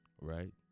right